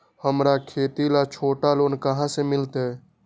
हमरा खेती ला छोटा लोने कहाँ से मिलतै?